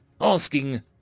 asking